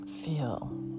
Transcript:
Feel